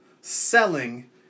selling